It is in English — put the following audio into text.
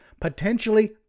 potentially